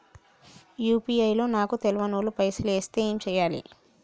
UPI లో నాకు తెల్వనోళ్లు పైసల్ ఎస్తే ఏం చేయాలి?